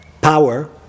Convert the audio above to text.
power